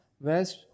west